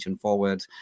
forward